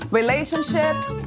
relationships